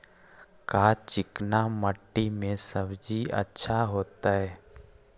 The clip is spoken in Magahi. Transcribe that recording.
का चिकना मट्टी में सब्जी अच्छा होतै?